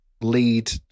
lead